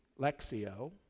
Lexio